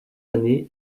années